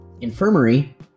infirmary